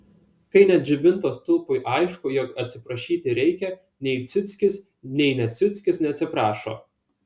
kai net žibinto stulpui aišku jog atsiprašyti reikia nei ciuckis nei ne ciuckis neatsiprašo